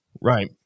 Right